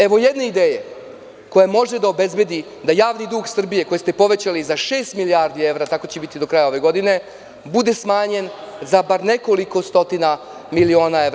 Evo jedne ideje koja može da obezbedi da javni dug Srbije koji ste povećali za šest milijardi evra, kako će biti do kraja ove godine, bude smanjen za bar nekoliko stotina miliona evra.